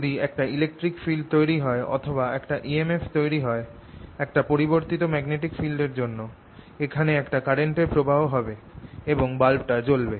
যদি একটা electric field তৈরি হয় অথবা একটা EMF তৈরি হয় একটা পরিবর্তিত ম্যাগনেটিক ফিল্ড এর জন্য এখানে একটা কারেন্ট এর প্রবাহ হবে এবং বাল্বটা জ্বলবে